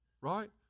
Right